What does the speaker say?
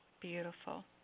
Beautiful